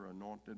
anointed